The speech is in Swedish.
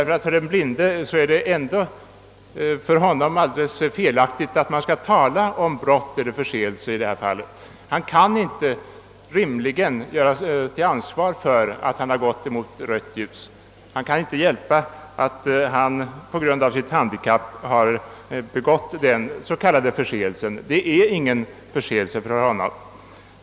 För den blinde förefaller det alldeles felaktigt att man över huvud taget skall tala om brott eller förseelse i detta fall. Han eller hon kan rimligen inte ställas till ansvar för att de har gått mot rött ljus. De kan inte hjälpa att de på grund av sitt handikapp gjort sig skyldiga till denna s.k. förseelse.